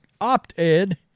Opt-Ed